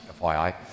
FYI